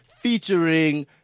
featuring